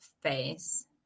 face